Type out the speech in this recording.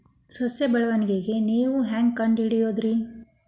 ಸಸಿ ಬೆಳವಣಿಗೆ ನೇವು ಹ್ಯಾಂಗ ಕಂಡುಹಿಡಿಯೋದರಿ?